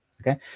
okay